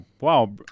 Wow